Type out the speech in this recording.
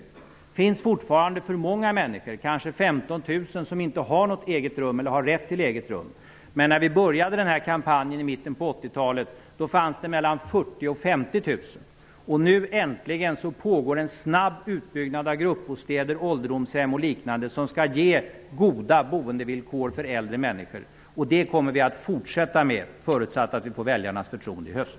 Det finns fortfarande för många människor -- kanske 15 000 -- som inte har rätt till eget rum. Men när vi började den här kampanjen i mitten av 80-talet fanns det mellan 40 000 och 50 000. Nu äntligen pågår en snabb utbyggnad av gruppbostäder, ålderdomshem och liknande, som skall ge goda boendevillkor för äldre människor. Det kommer vi att fortsätta med förutsatt att vi får väljarnas förtroende i höst.